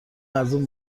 ازاون